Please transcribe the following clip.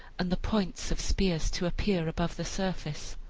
and the points of spears to appear above the surface.